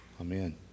Amen